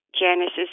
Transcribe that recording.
Janice's